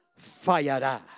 fallará